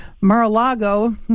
mar-a-lago